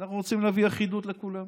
אנחנו רוצים להביא אחידות לכולם.